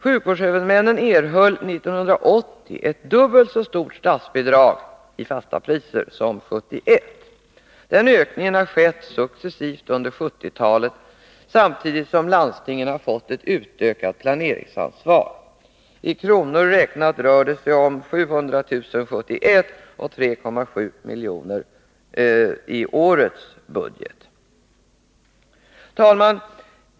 Sjukvårdshuvudmännen erhöll 1980 ett dubbelt så stort statsbidrag i fasta priser som 1971. Denna ökning har skett successivt under 1970-talet, samtidigt som landstingen har fått ett utökat planeringsansvar. I kronor räknat rör det sig om 700 000 kr. 1971 och 3,7 milj.kr. i årets budget. Herr talman!